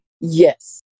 Yes